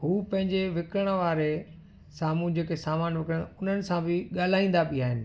उहे पंहिंजे विकिणण वारे सामुजिक सामान विकिणण उन्हनि सां बि ॻाल्हाईंदा बि आहिनि